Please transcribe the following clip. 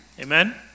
Amen